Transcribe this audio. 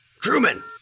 Truman